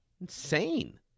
Insane